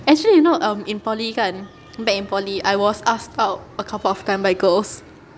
actually you know um in poly kan back in poly I was asked out a couple of times by girls